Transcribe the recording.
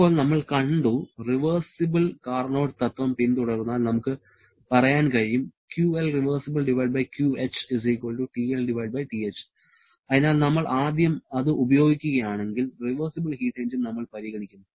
ഇപ്പോൾ നമ്മൾ കണ്ടു റിവേഴ്സിബിളിന് കാർനോട്ട് തത്ത്വം പിന്തുടർന്നാൽ നമുക്ക് പറയാൻ കഴിയും അതിനാൽ നമ്മൾ ആദ്യം അത് ഉപയോഗിക്കുകയാണെങ്കിൽ റിവേർസിബിൾ ഹീറ്റ് എഞ്ചിൻ നമ്മൾ പരിഗണിക്കുന്നു